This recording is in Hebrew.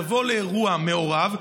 לבוא לאירוע מעורב,